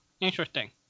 Interesting